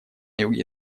юге